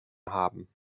haben